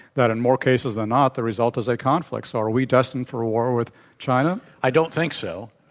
that in more cases than not the result is a conflict. so, are we destined for war with china? i don't think so,